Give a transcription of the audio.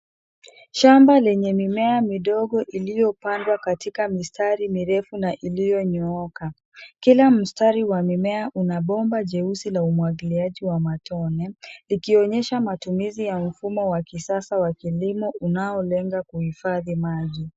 Shamba lenye mimea midogo iliyopandwa katika mistari mirefu na iliyo nyooka .Kila mstari wa mimea una bomba jeusi la umwagiliaji wa matone, ikionyesha matumizi ya mfumo wa kisasa wa kilimo unaolenga kuhifadhi maji.